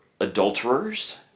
adulterers